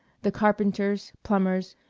the carpenters, plumbers,